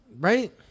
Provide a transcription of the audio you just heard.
Right